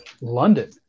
London